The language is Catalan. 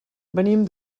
venim